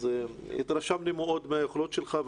אז התרשמנו מאוד מהיכולות שלך.